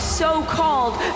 so-called